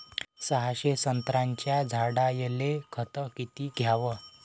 सहाशे संत्र्याच्या झाडायले खत किती घ्याव?